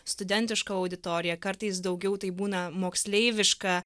studentiška auditorija kartais daugiau tai būna moksleiviška